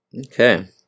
Okay